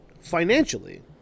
Financially